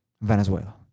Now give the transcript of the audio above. Venezuela